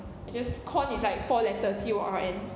I just corn it's like four letters C O R N